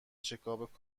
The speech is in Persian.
چکاپ